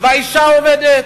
והאשה עובדת,